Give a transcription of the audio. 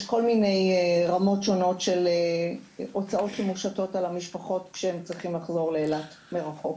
יש רמות שונות של הוצאות שמושתות על המשפחות שצריכות לחזור לאילת מרחוק.